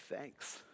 thanks